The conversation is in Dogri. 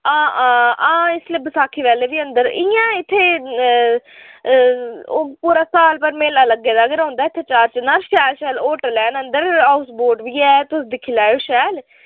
हां हां हां इसलै बसाखी वाले बी अंदर इ'या इत्थै पूरा साल भर मेला लग्गे दा गै रौंह्दा इत्थै चार चिनार शैल शैल होटल हैन अंदर हाऊसबोट बी ऐ तुस दिक्खी लैओ शैल